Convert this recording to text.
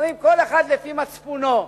אומרים: כל אחד לפי מצפונו.